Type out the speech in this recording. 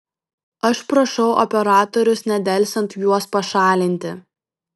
aš prašau operatorius nedelsiant juos pašalinti